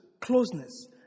closeness